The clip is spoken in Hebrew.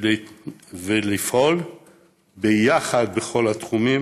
ולפעול ביחד בכל התחומים